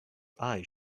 eyes